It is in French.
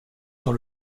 sur